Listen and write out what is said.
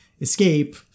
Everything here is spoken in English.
escape